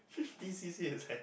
fifty C_C is like